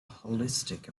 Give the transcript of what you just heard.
holistic